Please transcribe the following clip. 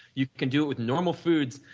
you can do with normal foods.